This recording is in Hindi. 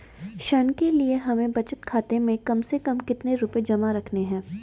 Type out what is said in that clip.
ऋण के लिए हमें बचत खाते में कम से कम कितना रुपये जमा रखने हैं?